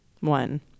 one